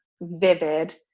vivid